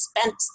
spent